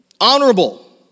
honorable